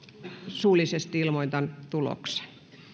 suullisesti ilmoitan tuloksen